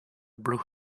blue